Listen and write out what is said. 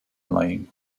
lame